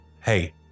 Hey